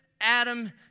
Adam